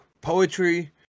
Poetry